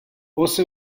also